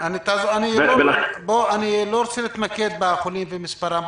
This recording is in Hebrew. אני לא רוצה להתמקד בחולים ומספרם,